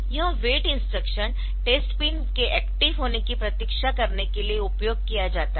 यह wait instruction test pin के active होने की प्रतीक्षा करने के लिए उपयोग किया जाता है